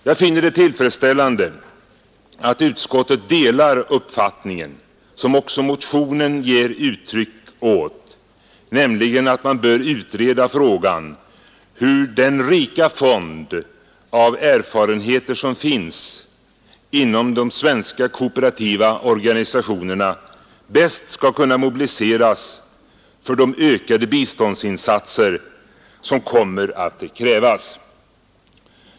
Jag finner det tillfredsställande att utskottet delar uppfattningen, som också motionen ger uttryck åt, att ”man bör utreda frågan hur den rika fond av erfarenheter som finns inom de svenska kooperativa organisationerna bäst skall kunna mobiliseras för ökade biståndsinsatser”.